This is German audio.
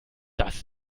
dass